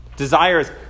desires